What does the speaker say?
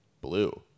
Blue